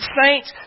saints